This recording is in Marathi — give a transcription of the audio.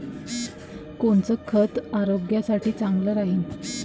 कोनचं खत आरोग्यासाठी चांगलं राहीन?